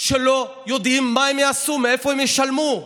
שלא יודעים מה הם יעשו, מאיפה הם ישלמו,